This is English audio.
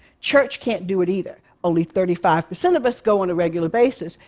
church can't do it, either only thirty five percent of us go on a regular basis,